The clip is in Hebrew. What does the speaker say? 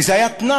וזה היה תנאי,